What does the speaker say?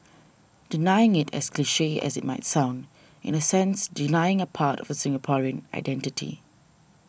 denying it as cliche as it might sound is in a sense denying a part of the Singaporean identity